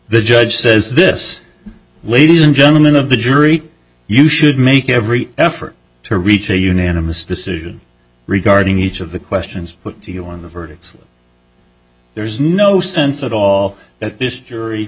the judge says this ladies and gentlemen of the jury you should make every effort to reach a unanimous decision regarding each of the questions put to you on the verdicts there's no sense at all that this jury